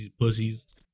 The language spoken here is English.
pussies